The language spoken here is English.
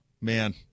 man